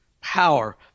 power